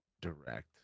Direct